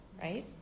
right